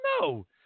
no